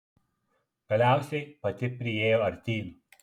galiausiai pati priėjo artyn